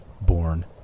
born